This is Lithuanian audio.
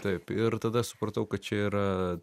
taip ir tada supratau kad čia yra